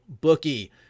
bookie